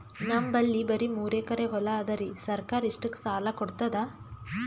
ನಮ್ ಬಲ್ಲಿ ಬರಿ ಮೂರೆಕರಿ ಹೊಲಾ ಅದರಿ, ಸರ್ಕಾರ ಇಷ್ಟಕ್ಕ ಸಾಲಾ ಕೊಡತದಾ?